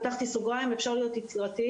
פתחתי סוגריים: אפשר להיות יצירתיים,